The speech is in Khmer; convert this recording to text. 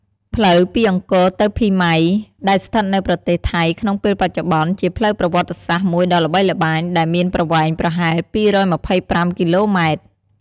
ផ្លូវពីអង្គរទៅភីម៉ៃ ដែលស្ថិតនៅប្រទេសថៃក្នុងពេលបច្ចុប្បន្ន ជាផ្លូវប្រវត្តិសាស្រ្តមួយដ៏ល្បីល្បាញ ដែលមានប្រវែងប្រហែល ២២៥ គីឡូម៉ែត្រ។